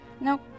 Nope